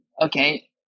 okay